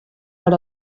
per